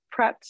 prepped